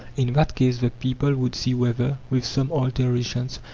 in that case the people would see whether, with some alterations,